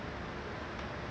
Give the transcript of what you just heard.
ya